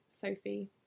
Sophie